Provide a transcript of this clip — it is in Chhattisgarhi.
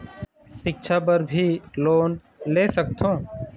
सिक्छा बर भी लोन ले सकथों?